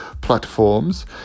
platforms